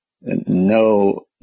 No